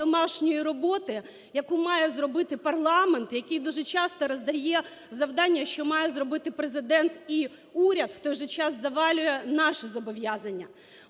домашньої роботи, яку має зробити парламент, який дуже часто роздає завдання, що має зробити Президент і уряд, в той же час завалює наші зобов'язання.